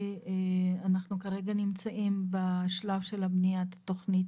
אנחנו כרגע נמצאים בשלב של בניית תוכנית